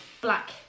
black